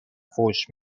فحش